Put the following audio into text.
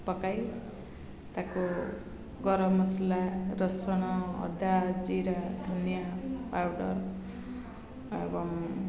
ପକାଇ ତା'କୁ ଗରମ ମସଲା ରସୁଣ ଅଦା ଜିରା ଧନିଆ ପାଉଡ଼ର ଏବଂ